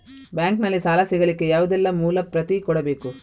Bank ನಲ್ಲಿ ಸಾಲ ಸಿಗಲಿಕ್ಕೆ ಯಾವುದೆಲ್ಲ ಮೂಲ ಪ್ರತಿ ಕೊಡಬೇಕು?